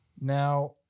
now